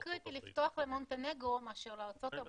זה פחות קריטי לפתוח למונטנגרו מאשר לארצות-הברית.